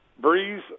Breeze